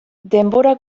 denbora